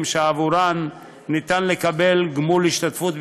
שעבורן ניתן לקבל גמול השתתפות בישיבות,